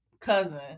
cousin